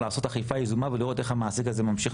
לעשות אכיפה יזומה ולראות איך המעסיק הזה ממשיך